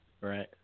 right